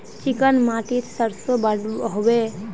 Chicken माटित सरसों बढ़ो होबे?